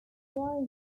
only